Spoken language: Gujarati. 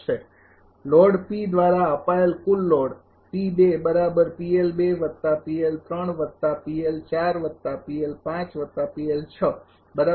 તેથી લોડ P દ્વારા આપાયેલ કુલ લોડ બરાબર